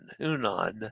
Hunan